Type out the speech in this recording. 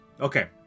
Okay